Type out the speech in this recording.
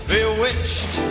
Bewitched